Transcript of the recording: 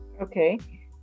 okay